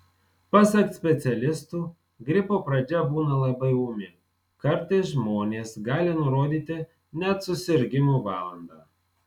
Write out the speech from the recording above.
pasak specialistų gripo pradžia būna labai ūmi kartais žmonės gali nurodyti net susirgimo valandą